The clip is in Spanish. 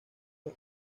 dos